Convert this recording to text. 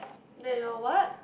they all what